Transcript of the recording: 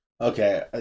Okay